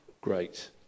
great